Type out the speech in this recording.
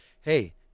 hey